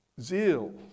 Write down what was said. zeal